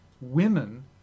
women